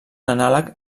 anàleg